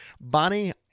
Bonnie